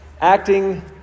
acting